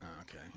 Okay